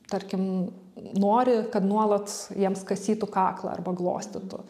tarkim nori kad nuolat jiems kasytų kaklą arba glostytų